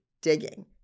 digging